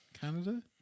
Canada